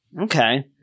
Okay